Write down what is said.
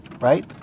right